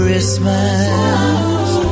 Christmas